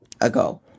ago